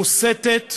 מוסתת